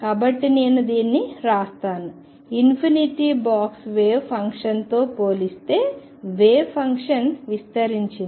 కాబట్టి నేను దీన్ని వ్రాస్తాను ఇన్ఫినిటీ బాక్స్ వేవ్ ఫంక్షన్తో పోలిస్తే వేవ్ ఫంక్షన్ విస్తరించింది